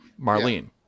Marlene